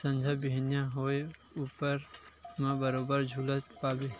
संझा बिहनियां होय ऊपर म बरोबर झुलत पाबे